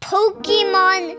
Pokemon